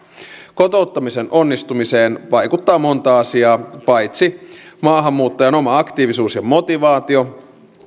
kotouttamisen onnistumiseen vaikuttaa monta asiaa paitsi maahanmuuttajan oma aktiivisuus ja motivaatio